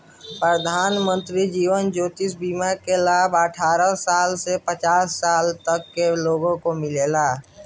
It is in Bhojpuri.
प्रधानमंत्री जीवन ज्योति बीमा योजना के लाभ अठारह साल से पचास साल तक के लोग के मिलेला